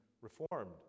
Reformed